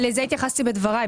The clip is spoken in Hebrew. לזה התייחסתי בדבריי.